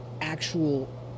actual